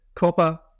Copper